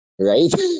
Right